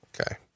Okay